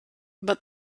but